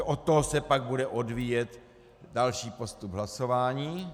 Od toho se pak bude odvíjet další postup hlasování.